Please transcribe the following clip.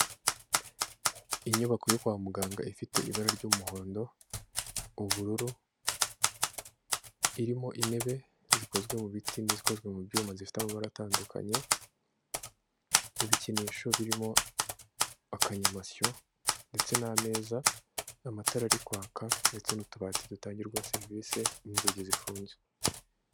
Inyubako yo kwa muganga ifite ibara ry'umuhondo, ubururu, irimo intebe zikozwe mu biti n'izikozwe mu byuma zifite amabara atandukanye, ibikinisho birimo akanyamasyo ndetse n'ameza, amatara ari kwaka ndetse n'utubati dutangirwamo serivisi, inzugi zifunze.